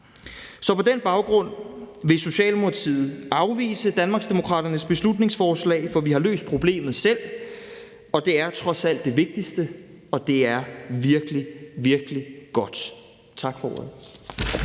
Så på den baggrund vil Socialdemokratiet afvise Danmarksdemokraternes beslutningsforslag, for vi har løst problemet selv. Det er trods alt det vigtigste, og det er virkelig, virkelig godt. Tak for ordet.